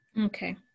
Okay